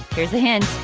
here's a hint.